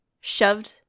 shoved